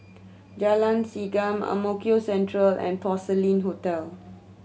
Jalan Segam Ang Mo Kio Central Three and Porcelain Hotel